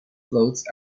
floats